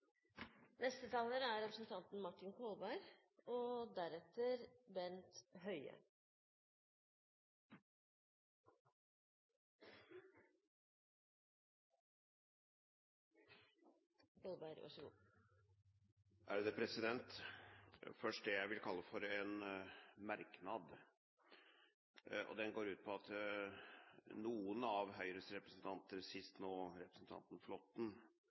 Først det jeg vil kalle en merknad. Den går ut på at noen av Høyres representanter, sist nå representanten